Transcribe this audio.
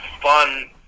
fun